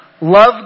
Love